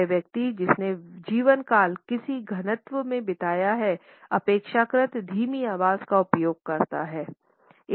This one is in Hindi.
वह व्यक्ति जिसने जीवनकाल किसी घनत्व में बिताया हो अपेक्षाकृत धीमी आवाज़ का उपयोग करता